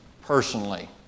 personally